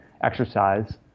Exercise